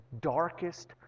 darkest